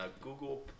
Google